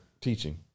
teaching